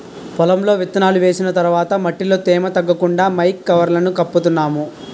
పొలంలో విత్తనాలు వేసిన తర్వాత మట్టిలో తేమ తగ్గకుండా మైకా కవర్లను కప్పుతున్నాం